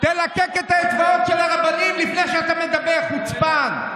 תלקק את האצבעות של הרבנים לפני שאתה מדבר, חוצפן.